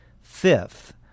Fifth